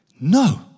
no